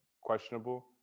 questionable